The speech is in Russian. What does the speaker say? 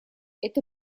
это